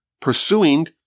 pursuing